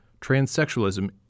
transsexualism